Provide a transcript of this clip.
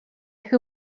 who